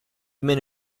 meno